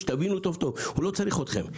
שתבינו טוב-טוב: הוא לא צריך אתכם.